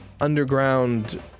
underground